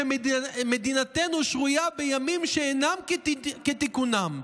שמדינתנו שרויה בימים שאינם כתיקונם,